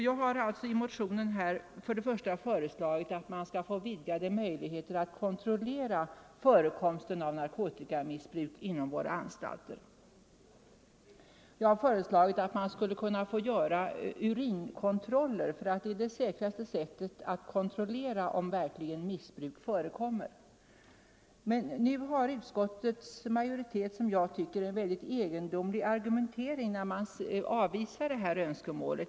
Jag har i min motion föreslagit att vidgade möjligheter skapas att kontrollera förekomsten av narkotikamissbrukare inom våra anstalter. Jag har sagt att det bör ske genom urinkontroller, därför att det är det säkraste sättet att påvisa om missbruk verkligen förekommer. Utskottets majoritet har enligt min mening en egendomlig argumentering när man avvisar detta önskemål.